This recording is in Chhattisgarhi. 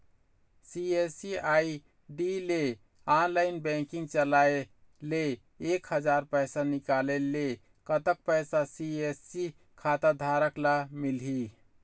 सी.एस.सी आई.डी ले ऑनलाइन बैंकिंग चलाए ले एक हजार पैसा निकाले ले कतक पैसा सी.एस.सी खाता धारक ला मिलही?